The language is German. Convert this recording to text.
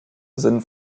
sind